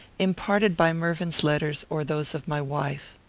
imparted by mervyn's letters or those of my wife.